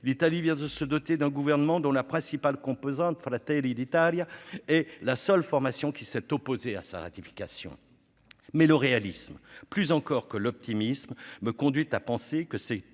l'Italie vient de se doter d'un gouvernement dont la principale composante sur la télé d'Italia est la seule formation qui s'est opposé à sa ratification mais le réalisme, plus encore que l'optimisme me conduit à penser que c'est